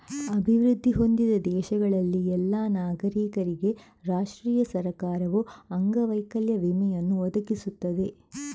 ಅಭಿವೃದ್ಧಿ ಹೊಂದಿದ ದೇಶಗಳಲ್ಲಿ ಎಲ್ಲಾ ನಾಗರಿಕರಿಗೆ ರಾಷ್ಟ್ರೀಯ ಸರ್ಕಾರವು ಅಂಗವೈಕಲ್ಯ ವಿಮೆಯನ್ನು ಒದಗಿಸುತ್ತದೆ